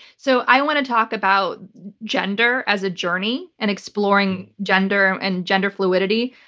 so i want to talk about gender as a journey and exploring gender and gender fluidity.